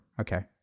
okay